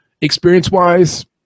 experience-wise